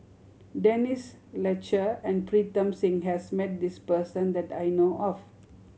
Denise Fletcher and Pritam Singh has met this person that I know of